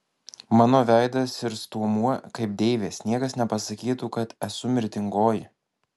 mano veidas ir stuomuo kaip deivės niekas nepasakytų kad esu mirtingoji